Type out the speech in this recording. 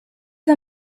was